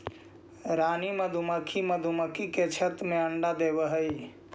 रानी मधुमक्खी मधुमक्खी के छत्ते में अंडा देवअ हई